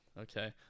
Okay